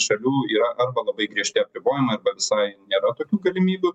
šalių yra arba labai griežti apribojimai arba visai nėra tokių galimybių